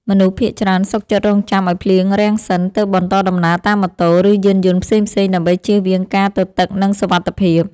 មនុស្សភាគច្រើនសុខចិត្តរង់ចាំឱ្យភ្លៀងរាំងសិនទើបបន្តដំណើរតាមម៉ូតូ ឬយានយន្ដផ្សេងៗដើម្បីជៀសវាងការទទឹកនិងសុវត្ថិភាព។